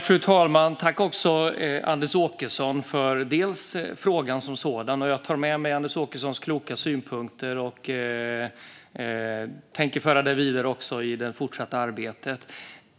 Fru talman! Tack, Anders Åkesson, för frågan som sådan! Jag tar med mig Anders Åkessons kloka synpunkter och tänker föra dem vidare också i det fortsatta arbetet.